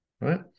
right